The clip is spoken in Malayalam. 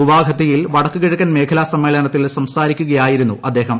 ഗുവഹത്തിയിൽ വടക്കുകിഴക്കൻ മേഖലാ സമ്മേളനത്തിൽ സംസാരിക്കുകയാ യിരുന്നു അദ്ദേഹം